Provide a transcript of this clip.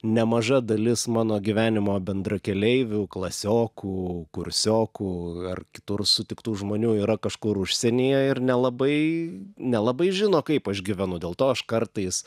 nemaža dalis mano gyvenimo bendrakeleivių klasiokų kursiokų ar kitur sutiktų žmonių yra kažkur užsienyje ir nelabai nelabai žino kaip aš gyvenu dėl to aš kartais